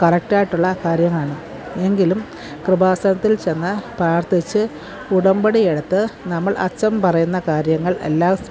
കറക്റ്റായിട്ടുള്ള കാര്യമാണ് എങ്കിലും കൃപാസനത്തിൽ ചെന്ന് പ്രാർത്ഥിച്ച് ഉടമ്പടിയെടുത്ത് നമ്മൾ അച്ചന് പറയുന്ന കാര്യങ്ങൾ എല്ലാസ്